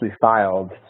filed